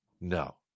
No